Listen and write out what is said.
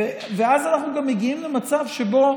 ואז אנחנו גם מגיעים למצב שבו